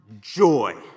joy